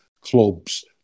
clubs